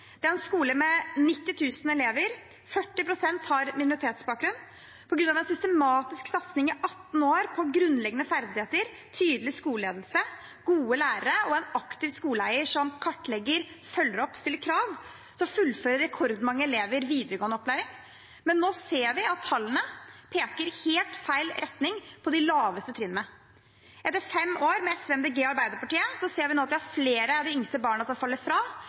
Det er en skole med 90 000 elever. 40 pst. har minoritetsbakgrunn. På grunn av en systematisk satsing i 18 år på grunnleggende ferdigheter, tydelig skoleledelse, gode lærere og en aktiv skoleeier som kartlegger, følger opp og stiller krav, fullfører rekordmange elever videregående opplæring. Men nå ser vi at tallene peker i helt feil retning på de laveste trinnene. Etter fem år med SV, Miljøpartiet De Grønne og Arbeiderpartiet ser vi nå at det er flere av de yngste barna som faller fra,